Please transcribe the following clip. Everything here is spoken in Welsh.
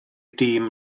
dîm